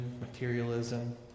materialism